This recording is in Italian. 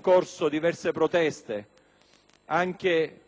corso diverse proteste, anche